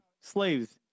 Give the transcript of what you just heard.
slaves